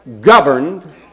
governed